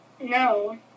No